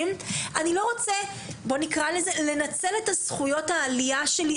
והם לא רוצים נקרא לזה כך לנצל את זכויות העלייה שלהם